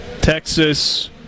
Texas